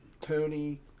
Tony